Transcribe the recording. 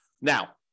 Now